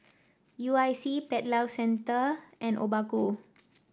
U I C Pet Lovers Centre and Obaku